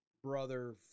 Brother